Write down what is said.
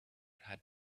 had